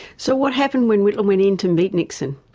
so what happened when whitlam went in to meet nixon?